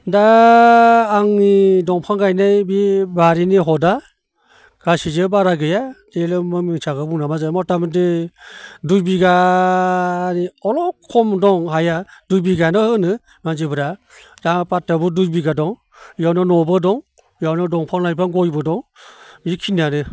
दा आंनि दंफां गायनाय बे बारिनि हदा गासैजों बारा गैया मिसाखौ बुंना मा जानो मथामथि दुइ बिगानि अलप खम दं हाया दुइ बिगायानो होनो मानसिफोरा दा हा फाथथायावबो दुइ बिगा दं बेयावनो न'बो दं बेयावनो दंफां लाइफां गयबो दं बेखिनियानो